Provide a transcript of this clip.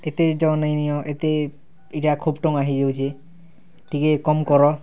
ହଁ ଏତେ ଯହ ନାଇ ନିଅ ଏତେ ଇ'ଟା ଖୋବ୍ ଟଙ୍କା ହେଇଯାଉଛେ ଟିକେ କମ୍ କର